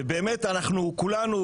כולנו,